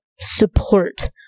support